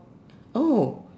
oh